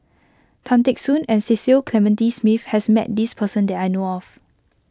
Tan Teck Soon and Cecil Clementi Smith has met this person that I know of